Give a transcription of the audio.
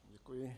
Děkuji.